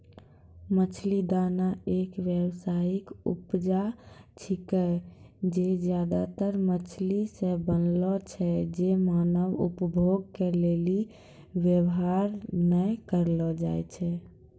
मछली दाना एक व्यावसायिक उपजा छिकै जे ज्यादातर मछली से बनलो छै जे मानव उपभोग के लेली वेवहार नै करलो जाय छै